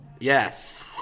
Yes